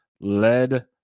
led